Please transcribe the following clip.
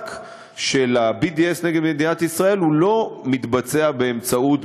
המאבק של ה-BDS נגד מדינת ישראל לא מתבצע באמצעות,